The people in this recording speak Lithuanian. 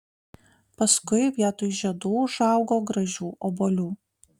paskui vietoj žiedų užaugo gražių obuolių